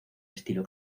estilo